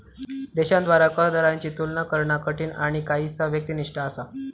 देशांद्वारा कर दरांची तुलना करणा कठीण आणि काहीसा व्यक्तिनिष्ठ असा